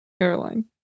Caroline